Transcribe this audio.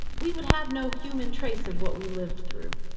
we would have no human trace of what we lived through.